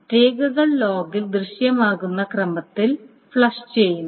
രേഖകൾ ലോഗിൽ ദൃശ്യമാകുന്ന ക്രമത്തിൽ ഫ്ലഷ് ചെയ്യുന്നു